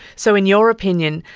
so in your opinion,